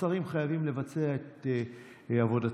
השרים חייבים לבצע את עבודתם.